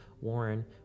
warren